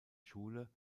schule